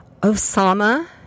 Osama